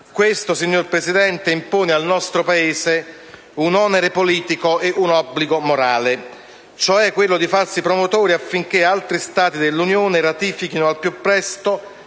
Questo, signor Presidente, impone al nostro Paese un onere politico e un obbligo morale: quello di farsi promotore affinché altri Stati dell'Unione europea ratifichino al più presto